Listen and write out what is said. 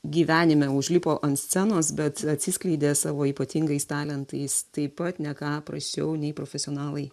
gyvenime užlipo ant scenos bet atsiskleidė savo ypatingais talentais taip pat ne ką prasčiau nei profesionalai